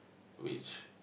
which